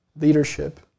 leadership